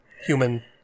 human